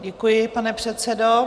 Děkuji, pane předsedo.